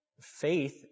faith